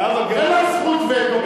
אין לך זכות וטו.